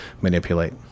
manipulate